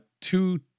two